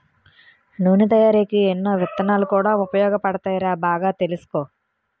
నూనె తయారికీ ఎన్నో విత్తనాలు కూడా ఉపయోగపడతాయిరా బాగా తెలుసుకో